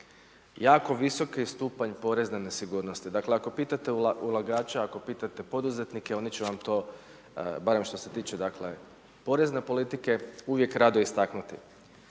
Jako visoki je stupanj porezne nesigurnosti. Dakle ako pitate ulagače, ako pitate poduzetnike, oni će vam to barem što se tiče porezne politike uvijek rado istaknuti.